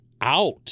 out